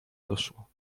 doszło